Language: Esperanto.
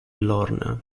lorna